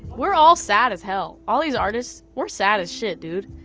we're all sad as hell. all these artists, we're sad as shit, dude.